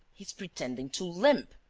he's pretending to limp!